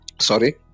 Sorry